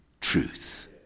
truth